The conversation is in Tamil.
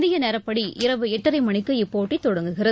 இந்தியநேரப்படி இரவு எட்டரைமணிக்கு இப்போட்டிதொடங்குகிறது